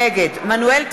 נגד מנואל טרכטנברג,